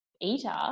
eater